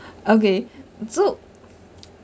okay so